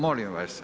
Molim vas.